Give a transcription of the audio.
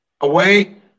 away